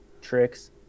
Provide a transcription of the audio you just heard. tricks